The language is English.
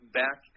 back